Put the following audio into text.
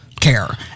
care